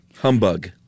Humbug